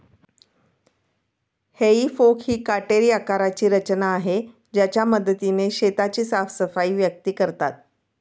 हेई फोक ही काटेरी आकाराची रचना आहे ज्याच्या मदतीने शेताची साफसफाई व्यक्ती करतात